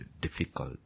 difficult